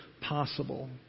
possible